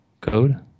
code